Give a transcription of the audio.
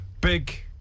Big